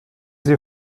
sie